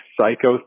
psycho